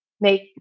make